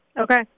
okay